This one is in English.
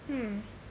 hmm